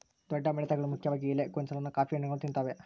ದೊಡ್ಡ ಮಿಡತೆಗಳು ಮುಖ್ಯವಾಗಿ ಎಲೆ ಗೊಂಚಲನ್ನ ಕಾಫಿ ಹಣ್ಣುಗಳನ್ನ ತಿಂತಾವೆ